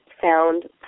found